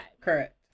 Correct